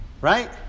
right